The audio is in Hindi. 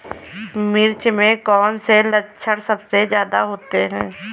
मिर्च में कौन से लक्षण सबसे ज्यादा होते हैं?